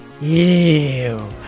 Ew